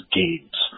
games